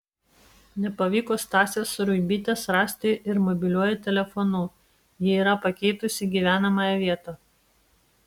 nepavyko stasės ruibytės rasti ir mobiliuoju telefonu ji yra pakeitusi gyvenamąją vietą